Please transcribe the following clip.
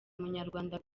munyarwanda